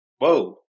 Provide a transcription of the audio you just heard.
whoa